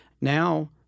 Now